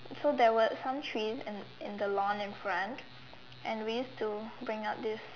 so there were some trees in in the lawn in front and we used to bring out these